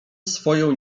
swoją